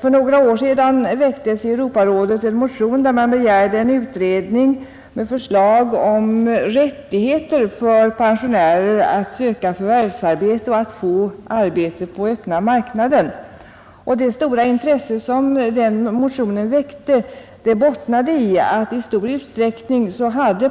För några år sedan väcktes i Europarådet en motion där man begärde en utredning med förslag om rättighet för pensionärer att söka Sänkning av den förvärvsarbete och få arbeta på öppna marknaden. Det stora intresse som = allmänna pensionsdenna motion väckte bottnade i att